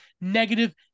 negative